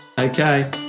Okay